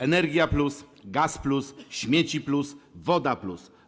Energia+, gaz+, śmieci+, woda+.